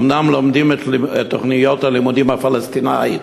ואומנם לומדים את תוכניות הלימודים הפלסטיניות,